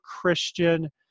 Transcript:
Christian